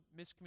miscommunication